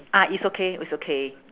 ah it's okay it's okay